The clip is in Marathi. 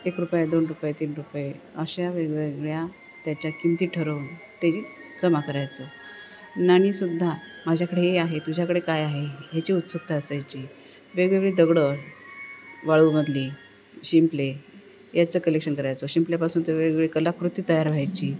एक रुपये दोन रुपये तीन रुपये अशा वेगवेगळ्या त्याच्या किमती ठरवून ते जमा करायचो नाणीसुद्धा माझ्याकडे हे आहे तुझ्याकडे काय आहे ह्याची उत्सुकता असायची वेगवेगळी दगडं वाळूमधली शिंपले याचं कलेक्शन करायचं शिंपल्यापासून ते वेगवेगळी कलाकृती तयार व्हायची